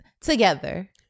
together